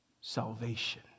Salvation